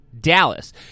Dallas